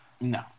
No